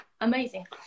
amazing